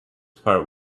part